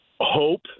hope